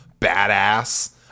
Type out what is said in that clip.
badass